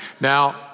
Now